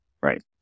Right